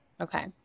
Okay